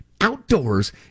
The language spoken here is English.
outdoors